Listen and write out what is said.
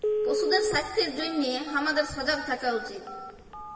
পশুদের স্বাস্থ্যের জনহে হামাদের সজাগ থাকা উচিত